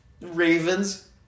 Ravens